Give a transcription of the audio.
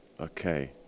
Okay